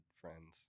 friends